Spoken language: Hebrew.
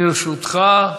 לרשותך.